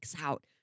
out